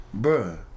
Bruh